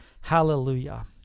Hallelujah